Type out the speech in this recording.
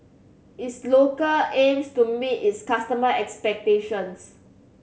is local aims to meet its customer expectations